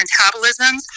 metabolisms